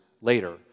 later